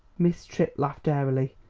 miss tripp laughed airily.